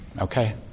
Okay